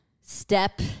step